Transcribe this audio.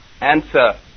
answer